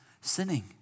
sinning